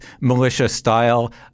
militia-style